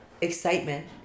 excitement